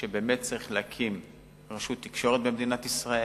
שבאמת צריך להקים רשות תקשורת במדינת ישראל